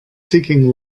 seeking